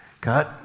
God